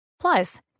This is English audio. Plus